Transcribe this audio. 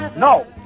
No